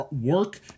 work